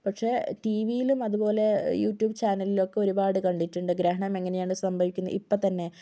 പക്ഷെ ടി വിയിലും അതുപോലെ യൂട്യൂബ് ചാനലിലൊക്കെ ഒരുപാട് കണ്ടിട്ടുണ്ട് ഗ്രഹണം എങ്ങനെയാണ് സംഭവിക്കുന്നത് ഇപ്പോൾ തന്നെ